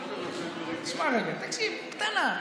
שמע רגע, תקשיב קטנה,